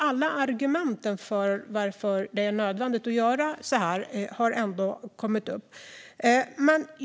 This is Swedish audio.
Alla argument för att det är nödvändigt att säga upp avtalet har redan förts fram.